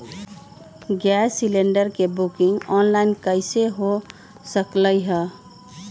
Gas cylinder के booking online कईसे हो सकलई ह?